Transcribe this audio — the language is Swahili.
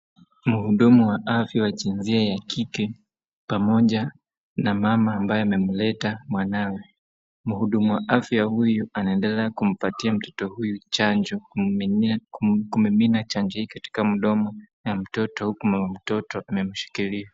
Mhudumu wa afya wa jinsia ya kike pamoja na mama ambaye amemleta mwanawe. Mhudumu wa afya huyu anaendelea kumpatia mtoto huyu chanjo, kumimina chanjo hii akatika mdomo ya mtoto huku mama mtoto amemshikilia.